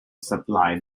supply